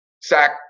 sack